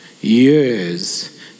years